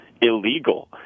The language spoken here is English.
illegal